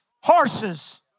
Horses